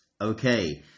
Okay